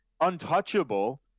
untouchable